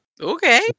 okay